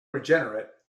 regenerate